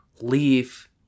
leave